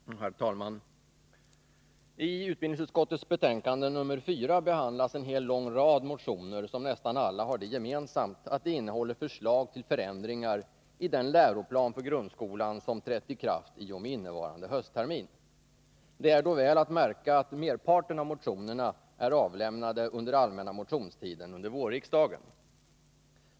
Herr talman! I utbildningsutskottets betänkande nr 4 behandlas en lång rad motioner, som nästan alla har det gemensamt att de innehåller förslag till förändringar i den läroplan för grundskolan som trätt i kraft i och med innevarande hösttermin. Det är då väl att märka att merparten av motionerna är avlämnade under allmänna motionstiden under vårens riksmöte.